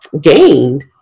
gained